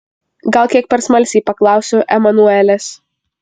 gal kiek per smalsiai paklausiau emanuelės